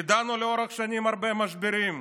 ידענו לאורך שנים הרבה משברים,